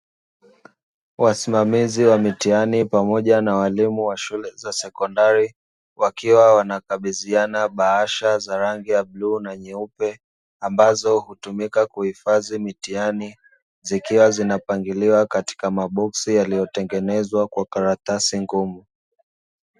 Wasimamizi wa mitihani pamoja na walimu wa shule za sekondari, wakiwa wanakabidhiana bahasha za rangi ya bluu na nyeupe, ambazo hutumika kuhifadhi mitihani. Zikiwa zinapangiliwa katika maboksi yaliyotengenezwa kwa karatasi ngumu.